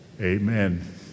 Amen